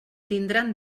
tindran